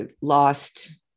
lost